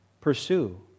Pursue